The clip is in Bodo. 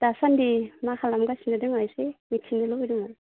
दासान्दि मा खालामगासिनो दङ एसे मिथिनो लुबैदोंमोन